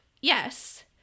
Yes